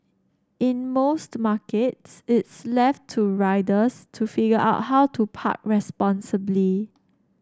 in most markets it's left to riders to figure out how to park responsibly